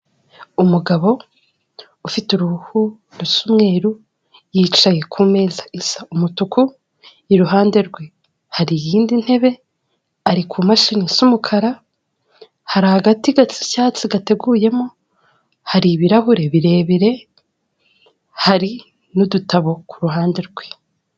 Umugabo ufite uruhu rusa umweru yicaye ku meza isa umutuku iruhande rwe hari iyindi ntebe ari kumashini z'umukara, hari agaticyatsi gateguyemo, hari ibirahure birebire, hari n'udutabo kuhande rwe.